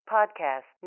Podcast